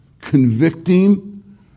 convicting